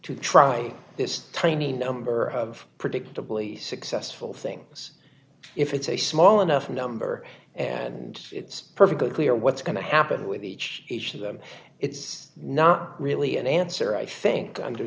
to try this tiny number of predictably successful things if it's a small enough number and it's perfectly clear what's going to happen with each of them it's not really an answer i think under